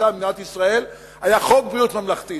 במדינת ישראל היא חוק ביטוח בריאות ממלכתי,